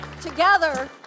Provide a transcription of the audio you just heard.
together